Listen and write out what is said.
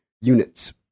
units